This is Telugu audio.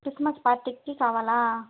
క్రిస్మస్ పార్టీకి కావాలా